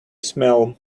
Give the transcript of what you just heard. smell